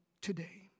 today